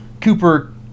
Cooper